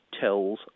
tells